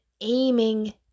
aiming